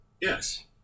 Yes